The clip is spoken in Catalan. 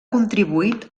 contribuït